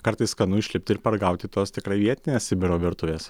kartais skanu išlipti ir paragauti tos tikrai vietinės sibiro virtuvės